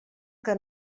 que